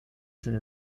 sind